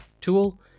tool